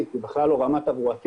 זה בכלל לא רמה תברואתית,